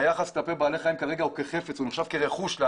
היחס כלפי בעלי החיים כרגע הוא כאל חפץ וכאל רכוש.